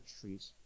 trees